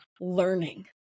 learning